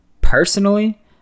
personally